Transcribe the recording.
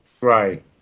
Right